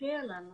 עלינו